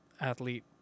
athlete